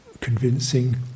convincing